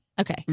Okay